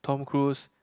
Tom Cruise